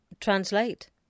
translate